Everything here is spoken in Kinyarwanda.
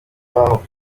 waho